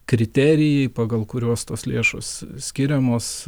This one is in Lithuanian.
kriterijai pagal kuriuos tos lėšos skiriamos